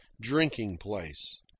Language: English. drinking-place